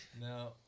no